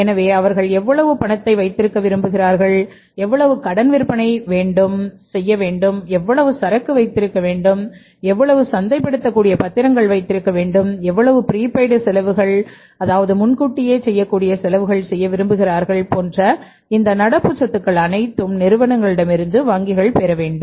எனவே அவர்கள் எவ்வளவு பணத்தை வைத்திருக்க விரும்புகிறார்கள் எவ்வளவு கடன் விற்பனை வேண்டும் எவ்வளவு சரக்கு வைத்திருக்க வேண்டும் எவ்வளவு சந்தைப்படுத்தக்கூடிய பத்திரங்கள் வைத்திருக்க வேண்டும் எவ்வளவு ப்ரீபெய்ட் செலவுகள் செய்ய விரும்புகிறார்கள் போன்ற இந்த நடப்பு சொத்துகள் அனைத்தும் நிறுவனங்களிடமிருந்து வங்கிகள் பெற வேண்டும்